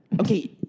Okay